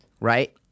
right